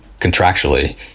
contractually